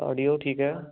cardio ਠੀਕ ਹੈ